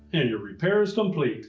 and your repair is complete.